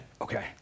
Okay